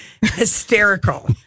hysterical